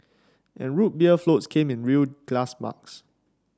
and Root Beer floats came in real glass mugs